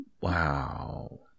Wow